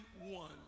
one